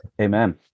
Amen